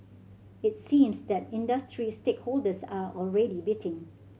it seems that industry stakeholders are already biting